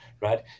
Right